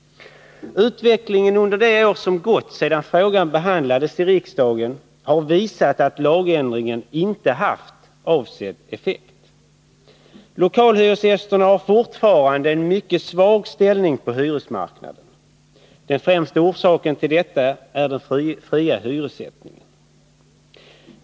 Utvecklingen under det år som gått sedan frågan behandlades i riksdagen har visat att lagändringen inte haft avsedd effekt. Lokalhyresgästerna har fortfarande en mycket svag ställning på hyresmarknaden. Den främsta orsaken till detta är den fria hyressättningen.